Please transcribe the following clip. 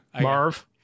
Marv